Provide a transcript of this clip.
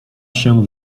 się